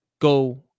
go